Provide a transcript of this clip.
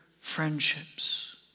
friendships